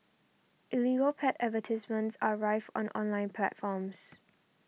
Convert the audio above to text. illegal pet advertisements are rife on online platforms